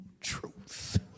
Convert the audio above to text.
truth